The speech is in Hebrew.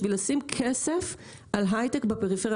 בשביל לשים כסף על היי-טק בפריפריה,